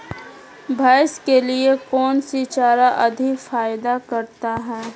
भैंस के लिए कौन सी चारा अधिक फायदा करता है?